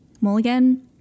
Mulligan